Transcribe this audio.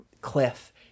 cliff